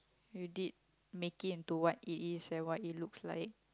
you did make it into what it is and what it looks like